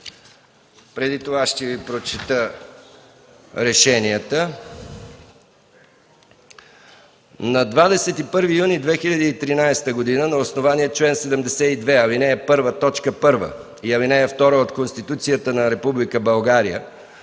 Преди това ще Ви прочета решенията.